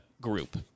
group